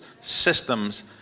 systems